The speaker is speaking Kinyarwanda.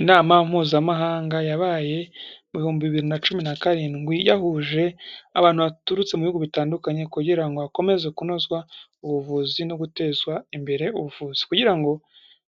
Inama mpuzamahanga yabaye mubihumbi bibiri na cumi na karindwi, yahuje abantu baturutse mu bihugu bitandukanye, kugira ngo hakomeze kunozwa ubuvuzi, no gutezwa imbere ubuvuzi. Kugira ngo